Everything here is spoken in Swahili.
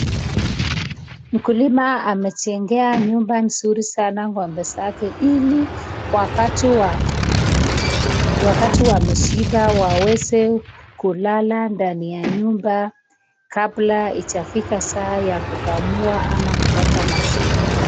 Mkulima amejengea nyumba nzuri sana ng'ombe zake ili wakati wameshiba waweze kulala ndani ya nyumba kabla hijafika saa ya kukamua ama kupata maziwa.